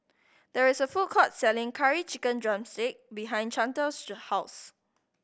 there is a food court selling Curry Chicken drumstick behind Chantal's house